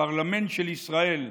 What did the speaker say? הפרלמנט של ישראל,